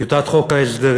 טיוטת חוק ההסדרים,